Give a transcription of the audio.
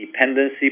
dependency